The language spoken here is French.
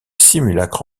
simulacre